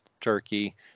turkey